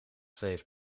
vlees